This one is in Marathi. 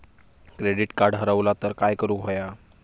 क्रेडिट कार्ड हरवला तर काय करुक होया?